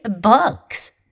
books